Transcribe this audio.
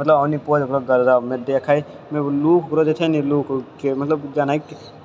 मतलब आओर नी कोइ ओकरा देखैमे ओ लूप जेछै नी लूप हुक कियो मतलब जनै